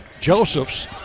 Joseph's